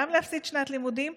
גם להפסיד שנת לימודים,